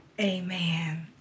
amen